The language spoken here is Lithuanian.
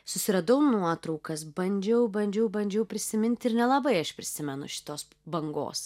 susiradau nuotraukas bandžiau bandžiau bandžiau prisimint ir nelabai aš prisimenu šitos bangos